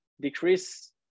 decrease